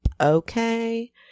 okay